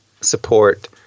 support